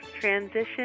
transition